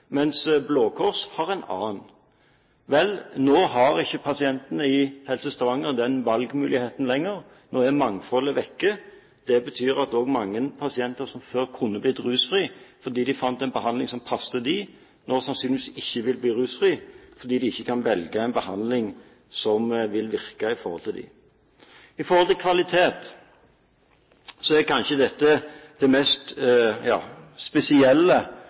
i Helse Stavanger den valgmuligheten lenger. Nå er mangfoldet vekk. Det betyr at også mange pasienter som før kunne ha blitt rusfri fordi de fant en behandling som passet for dem, nå sannsynligvis ikke vil bli rusfri, fordi de ikke kan velge en behandling som vil virke for dem. Når det gjelder kvalitet på røntgen, er kanskje dette det mest spesielle